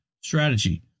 strategy